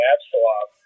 Absalom